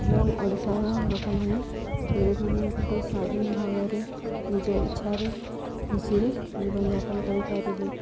ଏବଂ ଓଡ଼ିଶାର ଲୋକମାନେ ଇଂରେଜମାନଙ୍କ ଠୁ ସ୍ଵାଧୀନ ଭାବରେ ନିଜ ଇଚ୍ଛାରେ ଖୁସିରେ ଜୀବନଯାପନ କରିପାରିଲେ